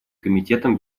комитетом